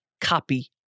copy